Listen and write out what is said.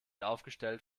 aufgestellt